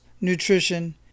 nutrition